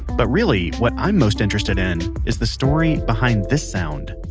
but really, what i'm most interested in, is the story, behind this sound